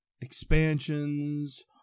expansions